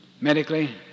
medically